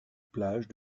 plage